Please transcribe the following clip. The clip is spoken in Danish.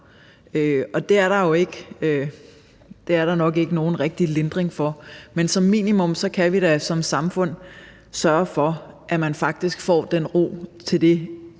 Det er der nok ikke nogen rigtig lindring for, men som minimum kan vi da som samfund sørge for, at man faktisk får ro til bare